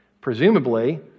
presumably